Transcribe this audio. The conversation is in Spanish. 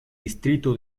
distrito